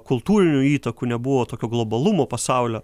kultūrinių įtakų nebuvo tokio globalumo pasaulio